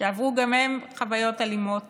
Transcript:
שעברו גם הן חוויות אלימות